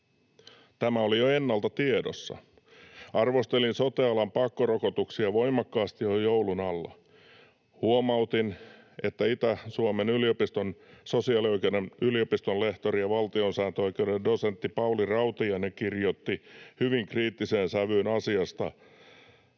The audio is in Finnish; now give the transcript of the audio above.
Tämä oli jo ennalta tiedossa. Arvostelin sote-alan pakkorokotuksia voimakkaasti jo joulun alla. Huomautin, että Itä-Suomen yliopiston sosiaalioikeuden yliopistonlehtori ja valtiosääntöoikeuden dosentti Pauli Rautiainen kirjoitti hyvin kriittiseen sävyyn asiaan